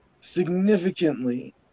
significantly